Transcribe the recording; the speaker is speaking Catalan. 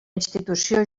institució